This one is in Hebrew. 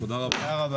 תודה רבה.